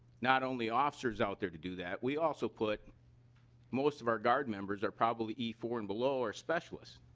not only officers out there to do that we also put most of our guard members are probably e four and below or specialist.